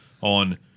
on